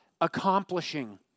accomplishing